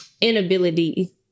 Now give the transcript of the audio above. inability